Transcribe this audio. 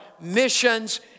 missions